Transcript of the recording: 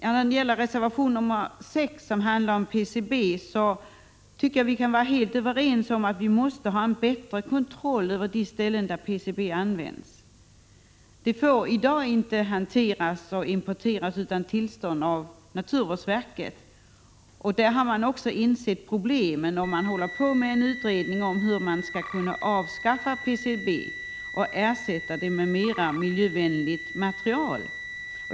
Beträffande reservation 6, som handlar om PCB, tycker jag att vi kan vara helt överens om att vi måste ha en bättre kontroll över de ställen där PCB används. PCB får i dag inte importeras och hanteras utan tillstånd av naturvårdsverket. På naturvårdsverket har man också förstått problemen och utreder nu hur man skall kunna avskaffa PCB och ersätta det med mer miljövänligt material.